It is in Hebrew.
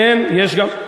יש גם סייבר.